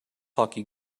hockey